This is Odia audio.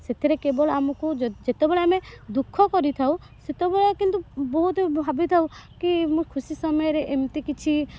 ସେଥିରେ କେବଳ ଆମକୁ ଯେତେ ଯେତେବେଳେ ଆମେ ଦୁଃଖ କରିଥାଉ ସେତେବେଳେ କିନ୍ତୁ ବହୁତ ଭାବିଥାଉ କି ମୁଁ ଖୁସି ସମୟରେ ଏମିତି କିଛି